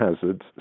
hazards